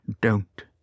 Don't